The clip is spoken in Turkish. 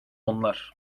onlar